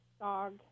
dog